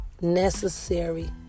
necessary